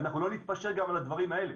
אנחנו לא נתפשר גם על הדברים האלה.